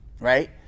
Right